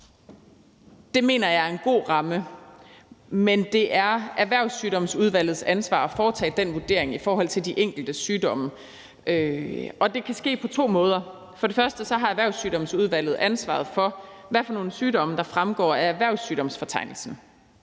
Det mener jeg er en god ramme, men det er Erhvervssygdomsudvalgets ansvar at foretage den vurdering i forhold til de enkelte sygdomme, og det kan ske på to måder. For det første har Erhvervssygdomsudvalget ansvaret for, hvad for nogle sygdomme der fremgår af erhvervssygdomsfortegnelsen.